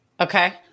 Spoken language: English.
okay